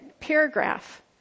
paragraph